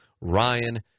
Ryan